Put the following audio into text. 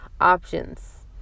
options